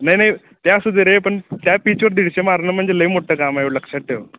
नाही नाही ते असू दे रे पण त्या पीचवर दीडशे मारणं म्हणजे लई मोठं काम आहे एवढं लक्षात ठेव